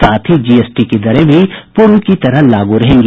साथ ही जीएसटी की दरें पूर्व की तरह लागू रहेंगी